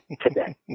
today